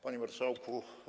Panie Marszałku!